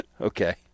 Okay